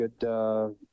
good